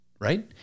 right